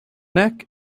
neck